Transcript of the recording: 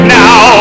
now